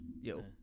Yo